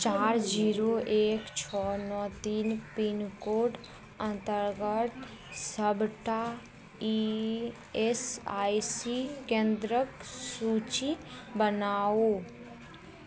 चारि जीरो एक छओ नओ तीन पिन कोड अन्तर्गत सबटा ई एस आइ सी केन्द्रके सूचि बनाउ